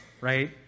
right